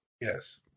Yes